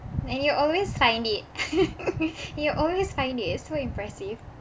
and you always find it you always find it it's so impressive